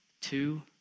Two